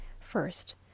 First